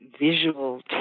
visual